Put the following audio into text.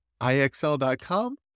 IXL.com